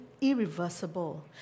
irreversible